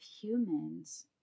humans